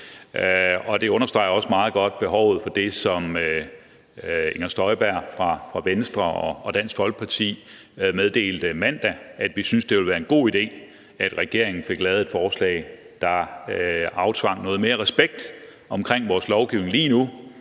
det understreger også meget godt behovet for det, som Venstres Inger Støjberg og Dansk Folkeparti meddelte mandag, nemlig at vi synes, det ville være en god idé, at regeringen fik lavet et forslag, der aftvang noget mere respekt omkring vores lovgivning, lige nu